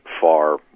far